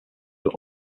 were